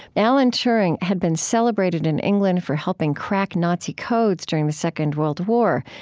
alan turing had been celebrated in england for helping crack nazi codes during the second world war.